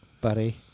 buddy